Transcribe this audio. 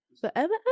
Forever